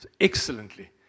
excellently